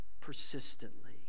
persistently